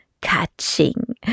Catching